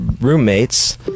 roommates